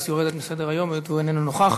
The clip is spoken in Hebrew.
יורדת מסדר-היום היות שהוא איננו נוכח.